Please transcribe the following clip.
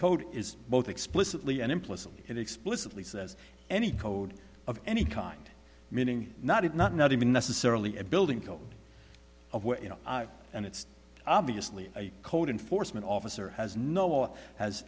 code is both explicitly and implicitly and explicitly says any code of any kind meaning not of not not even necessarily a building code of what you know and it's obviously a code enforcement officer has no